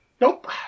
Nope